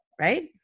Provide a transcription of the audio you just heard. right